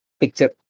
picture